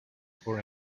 for